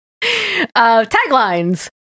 Taglines